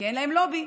כי אין להם לובי.